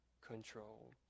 control